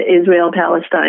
Israel-Palestine